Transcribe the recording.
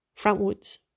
frontwards